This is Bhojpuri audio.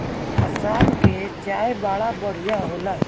आसाम के चाय बड़ा बढ़िया होला